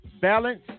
Balance